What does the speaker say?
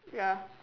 ya